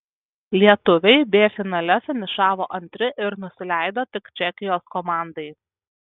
lietuviai b finale finišavo antri ir nusileido tik čekijos komandai